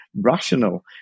rational